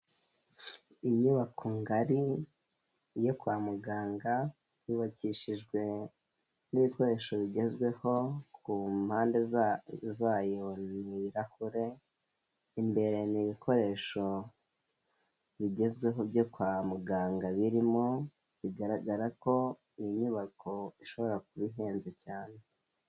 Inyubako ngari yo kwa muganga, yubakishijwe n'ibikoresho bigezweho, ku mpande zayo ni ibirahure, imbere ni ibikoresho bigezweho byo kwa muganga birimo, bigaragara ko iyi nyubako ishobora kuba ihenze cyane.